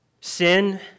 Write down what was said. sin